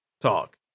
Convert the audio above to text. talk